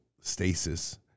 stasis